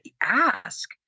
ask